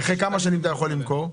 אחרי כמה שנים אתה יכול למכור?